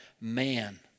man